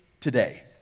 today